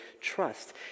trust